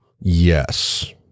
Yes